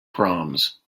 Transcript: proms